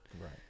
right